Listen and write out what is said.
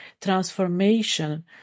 transformation